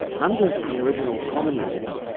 under the original common law,